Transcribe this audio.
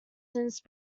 since